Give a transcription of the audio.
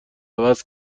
عوض